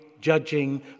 judging